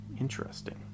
Interesting